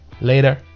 Later